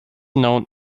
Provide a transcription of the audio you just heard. known